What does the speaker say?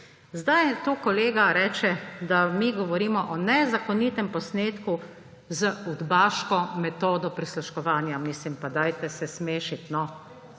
Sedaj tu kolega reče, da mi govorimo o nezakonitem posnetku z »udbaško metodo prisluškovanja«. Mislim, pa dajte se smešiti, no!